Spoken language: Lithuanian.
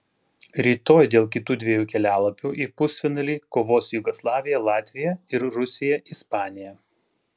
rytoj dėl kitų dviejų kelialapių į pusfinalį kovos jugoslavija latvija ir rusija ispanija